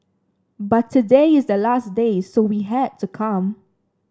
but today is the last day so we had to come